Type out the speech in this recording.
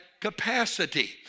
capacity